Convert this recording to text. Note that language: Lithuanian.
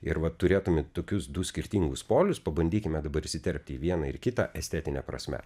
ir va turėdami tokius du skirtingus polius pabandykime dabar įsiterpti į vieną ir kitą estetine prasme